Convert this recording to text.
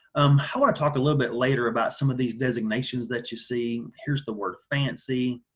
um i want to talk a little bit later about some of these designations that you see here's the word fancy,